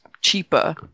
cheaper